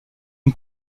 une